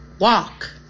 walk